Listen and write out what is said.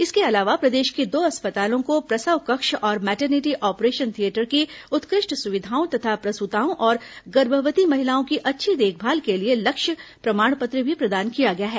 इसके अलावा प्रदेश के दो अस्पतालों को प्रसव कक्ष और मैटरनिटी ऑपरेशन थियेटर की उत्कृष्ट सुविधाओं तथा प्रसूताओं और गर्भवती महिलाओं की अच्छी देखभाल के लिए लक्ष्य प्रमाण पत्र भी प्रदान किया गया है